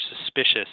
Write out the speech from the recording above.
suspicious